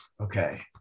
okay